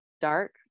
dark